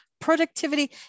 productivity